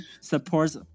supports